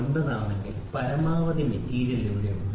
9 ആണെങ്കിൽ പരമാവധി മെറ്റീരിയൽ ഉണ്ട്